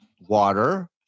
Water